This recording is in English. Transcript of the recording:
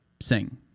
sing